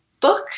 book